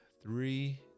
three